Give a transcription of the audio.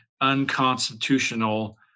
unconstitutional